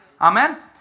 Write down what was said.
Amen